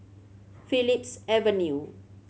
Phillips Avenue